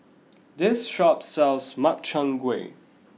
this shop sells Makchang Gui